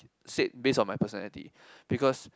said based on my personality because